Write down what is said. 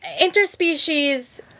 Interspecies